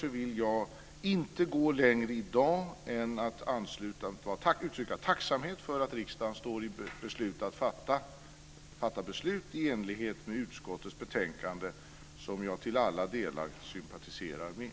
Jag vill i dag inte gå längre än att uttrycka tacksamhet för att riksdagen står i begrepp att fatta beslut i enlighet med utskottets betänkande, som jag till alla delar sympatiserar med.